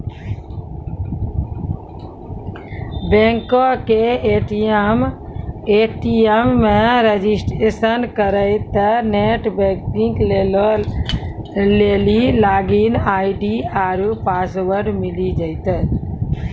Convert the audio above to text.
बैंको के ए.टी.एम मे रजिस्ट्रेशन करितेंह नेट बैंकिग लेली लागिन आई.डी आरु पासवर्ड मिली जैतै